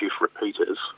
repeaters